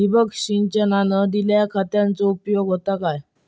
ठिबक सिंचनान दिल्या खतांचो उपयोग होता काय?